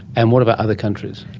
and what about other countries?